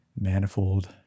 manifold